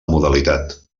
modalitat